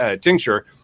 tincture